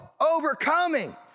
overcoming